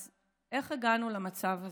אז איך הגענו למצב הזה?